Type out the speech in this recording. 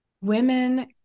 women